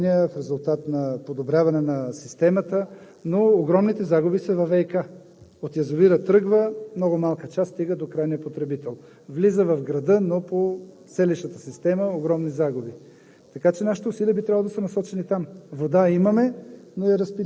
суша преди това. Това е в резултат на наложени ограничения, в резултат на подобряване на системата. Но огромните загуби са във ВиК – от язовира тръгва, много малка част стига до крайния потребител. Влиза в града, но по селищната система има огромни загуби,